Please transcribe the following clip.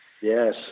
Yes